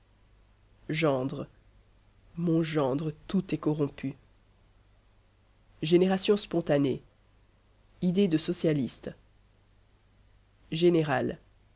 gendre mon gendre tout est rompu génération spontanée idée de socialiste général